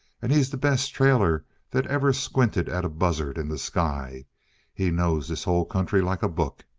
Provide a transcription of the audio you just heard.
and he's the best trailer that ever squinted at a buzzard in the sky he knows this whole country like a book.